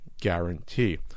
guarantee